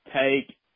take